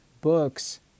books